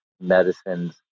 medicines